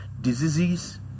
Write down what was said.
diseases